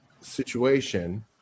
situation